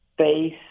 face